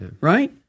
right